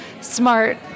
smart